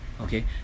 Okay